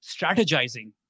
strategizing